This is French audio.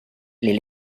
les